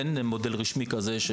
אין מודל רשמי כזה.